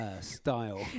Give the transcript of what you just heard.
style